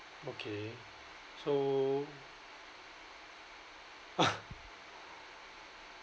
okay so